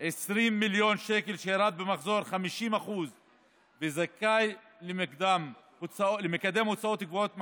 20 מיליון שקל שירד במחזור ב-50% וזכאי למקדם הוצאות קבועות מקסימלי,